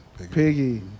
piggy